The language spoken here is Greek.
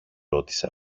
ρώτησε